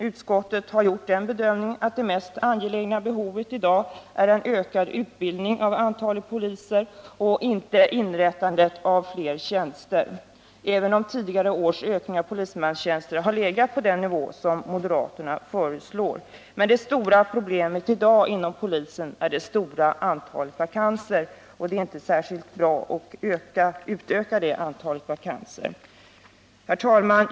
Utskottet har gjort bedömningen att det mest angelägna behovet i dag är en ökad utbildning av poliser och inte inrättandet av fler tjänster, även om tidigare års ökning av polismanstjänster har legat på den nivå som moderaterna föreslår. Det stora problemet inom polisen i dag är emellertid det stora antalet vakanser, och att utöka det antalet vore inte särskilt bra. Herr talman!